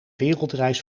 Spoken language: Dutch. wereldreis